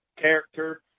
character